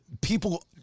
people